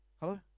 Hello